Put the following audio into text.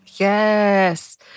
Yes